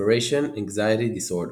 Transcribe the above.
Separation Anxiety Disorder.